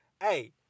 Hey